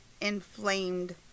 inflamed